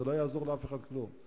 לא יעזור לאף אחד כלום.